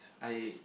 I